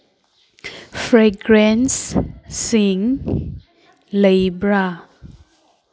ꯐ꯭ꯔꯦꯒꯦꯟꯁꯁꯤꯡ ꯂꯩꯕ꯭ꯔꯥ